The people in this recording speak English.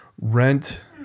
rent